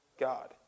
God